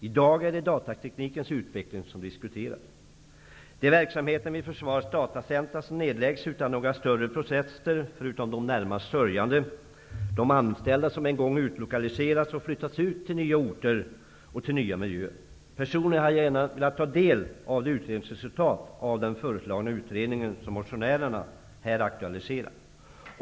I dag är det datateknikens utveckling som diskuteras. Det är verksamheten vid Försvarets datacenter som nedläggs utan några större protester, förutom från de närmast sörjande -- de anställda som en gång har utlokaliserats och flyttats ut till nya orter och till nya miljöer. Personligen hade jag gärna velat ta del av ett utredningsresultat från den utredning som motionärerna har aktualiserat.